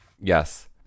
Yes